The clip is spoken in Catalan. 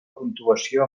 puntuació